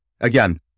Again